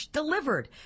delivered